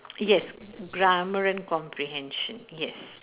yes grammar and comprehension yes